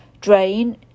drain